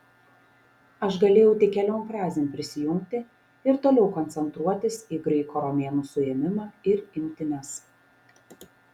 aš galėjau tik keliom frazėm prisijungti ir toliau koncentruotis į graiko romėno suėmimą ir imtynes